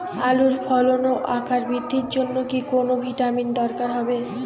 আলুর ফলন ও আকার বৃদ্ধির জন্য কি কোনো ভিটামিন দরকার হবে?